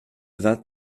vingt